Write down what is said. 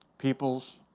peoples,